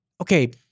okay